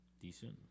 Decent